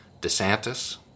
DeSantis